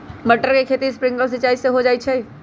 मटर के खेती स्प्रिंकलर सिंचाई से हो जाई का?